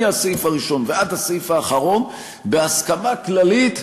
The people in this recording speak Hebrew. מהסעיף הראשון ועד הסעיף האחרון בהסכמה כללית,